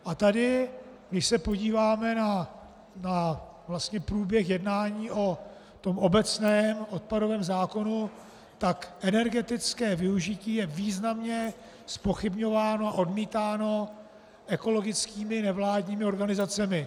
A tady když se podíváme na průběh jednání o tom obecném odpadovém zákonu, tak energetické využití je významně zpochybňováno, odmítáno ekologickými nevládními organizacemi.